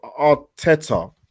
Arteta